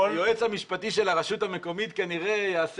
היועץ המשפטי של הרשות המקומית כנראה יעשה